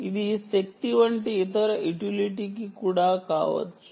ఇది శక్తి వంటి ఇతర యుటిలిటీకి కూడా కావచ్చు